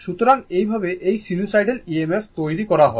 সুতরাং এইভাবে এই সিনুসোইডাল EMF তৈরি করা হয়